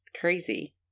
crazy